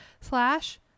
Slash